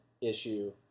issue